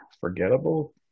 forgettable